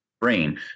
brain